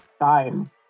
time